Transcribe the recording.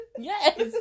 yes